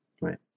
Right